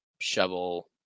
shovel